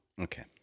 Okay